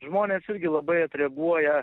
žmonės irgi labai atreaguoja